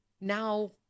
Now